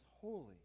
holy